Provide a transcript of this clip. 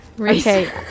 Okay